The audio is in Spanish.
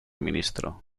ministro